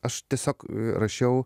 aš tiesiog rašiau